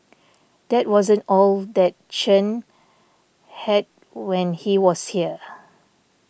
that wasn't all that Chen had when he was here